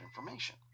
information